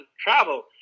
travel